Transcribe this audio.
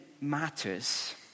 matters